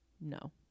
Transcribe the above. no